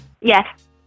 Yes